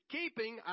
Keeping